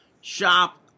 Shop